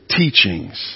teachings